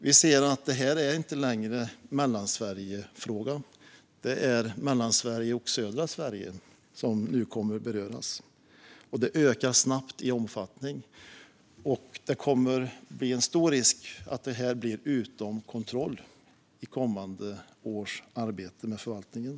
Vi ser att detta inte längre är en fråga för Mellansverige utan att det är Mellansverige och södra Sverige som nu kommer att beröras. Det ökar snabbt i omfattning, och det är stor risk att man tappar kontrollen i kommande års arbete med förvaltningen.